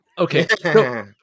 Okay